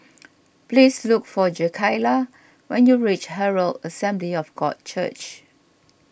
please look for Jakayla when you reach Herald Assembly of God Church